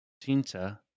tinta